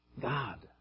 God